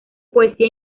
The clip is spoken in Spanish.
poesía